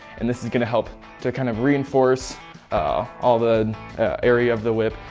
and this is going to help to kind of reinforce ah all the area of the whip.